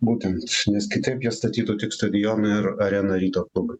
būtent nes kitaip jie statytų tik stadioną ir areną ryto klubui